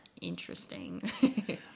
interesting